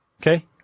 Okay